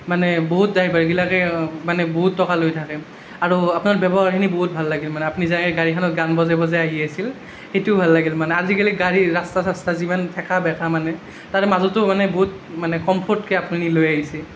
মানে বহুত ড্ৰাইভাৰবিলাকে মানে বহুত টকা লৈ থাকে আৰু আপনাৰ ব্যৱহাৰখিনি বহুত ভাল লাগিল মানে আপনি যে এই গাড়ীখানত গান বজেই বজেই আহি আছিল সিটো ভাল লাগিল মানে আজিকালি গাড়ীৰ ৰাস্তা চাস্তা যিমান ঠেকা বেকা মানে তাৰে মাজতো মানে বহুত মানে কমফৰ্টকৈ আপুনি লৈ আহিছে